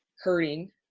hurting